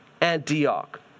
Antioch